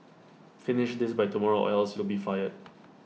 finish this by tomorrow or else you'll be fired